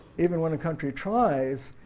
even when a country tries,